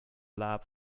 lab